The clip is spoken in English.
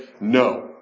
No